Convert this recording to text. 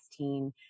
2016